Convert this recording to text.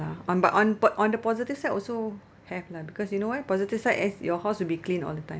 lah on but on but on the positive side also have lah because you know why positive side as your house will be clean all the time